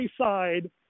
side